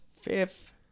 Fifth